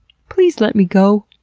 please let me go.